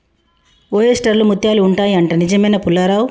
oyster లో ముత్యాలు ఉంటాయి అంట, నిజమేనా పుల్లారావ్